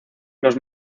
los